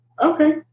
Okay